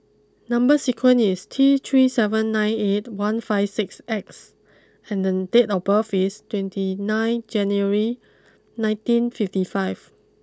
number sequence is T three seven nine eight one five six X and then date of birth is twenty nine January nineteen fifty five